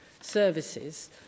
services